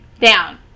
down